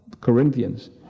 Corinthians